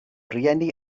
rhieni